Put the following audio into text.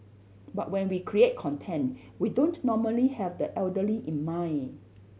but when we create content we don't normally have the elderly in mind